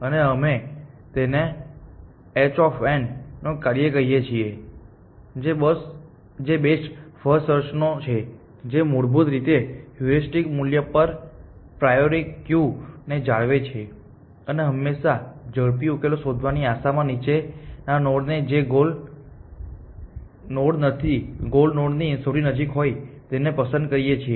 અને અમે તેને h નું કાર્ય કહીએ છીએ જે બેસ્ટ ફર્સ્ટ સર્ચ છે જે મૂળભૂત રીતે હ્યુરિસ્ટિક મૂલ્ય પર પ્રાયોરિટી ક્યુ જાળવે છે અને હંમેશાં ઝડપી ઉકેલો શોધવાની આશા માં નીચે ના નોડ જે ગોલ નોડ ની સૌથી નજીક હોય તેને પસંદ કરીએ છીએ